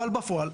אבל בפועל,